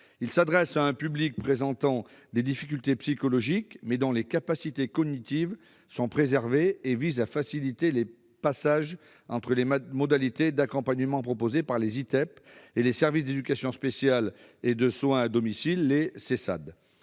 Il s'adresse à un public présentant des difficultés psychologiques, mais dont les capacités cognitives sont préservées, et vise à faciliter les passages entre les modalités d'accompagnement proposées par les ITEP et les Sessad, sans devoir repasser par les MDPH-